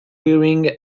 wearing